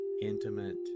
intimate